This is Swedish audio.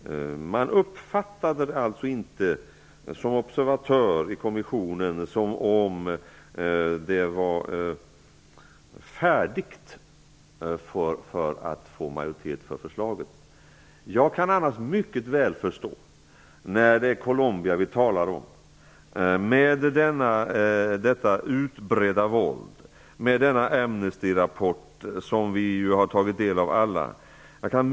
Som observatör i kommissionen uppfattade man det alltså inte som om det skulle bli en majoritet för förslaget. Jag kan annars mycket väl förstå att man ropar på en rapportör med tanke på det utbredda våldet i Colombia och den Amnestyrapport som vi alla har tagit del av.